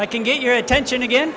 i can get your attention again